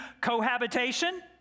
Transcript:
cohabitation